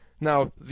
Now